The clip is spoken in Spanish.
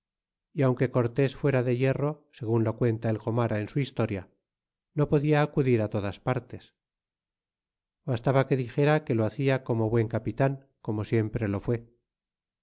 y aunque cortés fuera de hierro segun lo cuenta el gomara en su historia no podia acudir todas parees bastaba que dixera que lo hacia como buen capitan como siempre lo fué